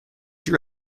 your